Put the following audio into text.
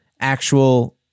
actual